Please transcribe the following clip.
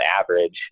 average